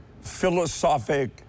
philosophic